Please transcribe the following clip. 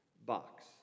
box